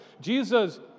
Jesus